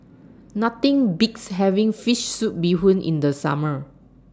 Nothing Beats having Fish Soup Bee Hoon in The Summer